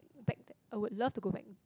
back I would love to go back